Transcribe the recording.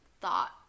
thought